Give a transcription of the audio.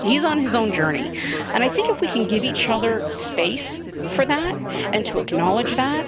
he's on his own journey and i think if we can give each other space for that and to acknowledge that